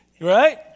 Right